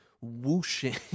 whooshing